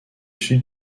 sud